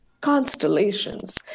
constellations